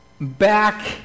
back